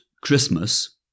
Christmas